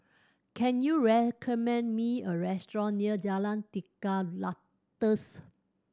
can you recommend me a restaurant near Jalan Tiga Ratus